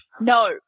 no